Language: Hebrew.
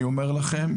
אני אומר לכם,